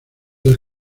del